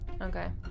Okay